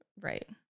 Right